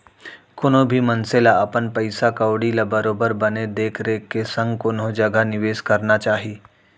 कोनो भी मनसे ल अपन पइसा कउड़ी ल बरोबर बने देख रेख के संग कोनो जघा निवेस करना चाही